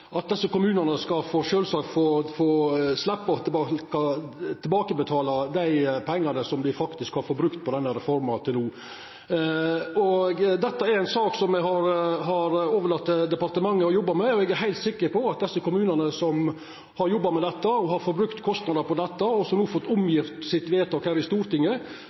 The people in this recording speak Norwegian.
at desse kommunane sjølvsagt skal få sleppa å betala tilbake dei pengane som dei faktisk har brukt på denne reforma til no. Dette er ei sak me har overlate til departementet å jobba med. Eg er heilt sikker på at desse kommunane – som har jobba og hatt kostnader med det, og som no får gjort om vedtaket sitt her i Stortinget